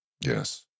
Yes